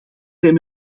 zijn